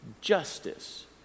justice